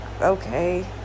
okay